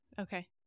okay